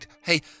Hey